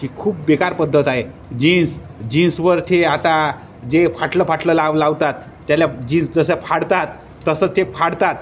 की खूप बेकार पद्धत आहे जीन्स जीन्सवर ते आता जे फाटलं फाटलं लाव लावतात त्याला जीन्स जसं फाडतात तसं ते फाडतात